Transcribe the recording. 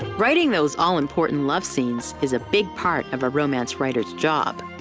writing those all important love scenes is a big part of a romance writer's job,